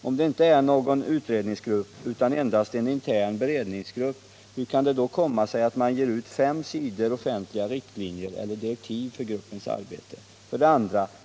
Om det inte är någon utredningsgrupp utan endast en intern beredningsgrupp, hur kan det då komma sig att man ger ut fem sidor offentliga riktlinjer eller direktiv för gruppens arbete? 2.